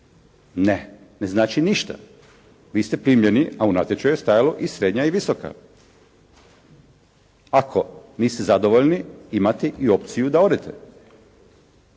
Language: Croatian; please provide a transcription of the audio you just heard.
«Ne, ne znači ništa. Vi ste primljeni, a u natječaju je stajalo i srednja i visoka. Ako niste zadovoljni imate i opciju da odete.»